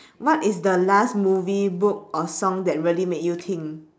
what is the last movie book or song that really make you think